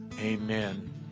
Amen